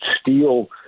steel